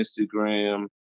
Instagram